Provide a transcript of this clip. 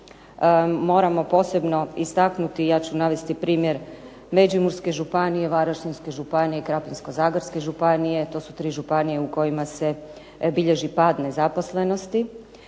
Moramo posebno istaknuti, ja ću navesti primjer Međimurske županije, Varaždinske županije, Krapinsko-zagorske županije, to su tri županije u kojima se bilježi pad nezaposlenosti,